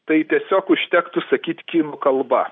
tai tiesiog užtektų sakyt kinų kalba